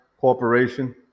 corporation